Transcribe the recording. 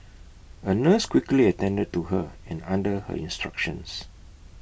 A nurse quickly attended to her and under her instructions